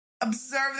observe